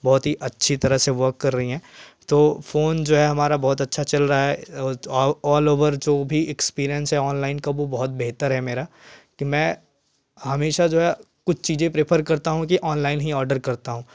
बहुत ही अच्छी तरह से वर्क कर रही हैं तो फ़ोन जो है हमारा बहुत अच्छा चल रहा है ऑल ओवर जो भी इक्सपिरियंस हो ऑनलाइन का वो बहुत बेहतर है मेरा कि मैं हमेशा जो है कुछ चीज़ें प्रिफ़र करता हूँ कि ऑनलाइन ही ऑर्डर करता हूँ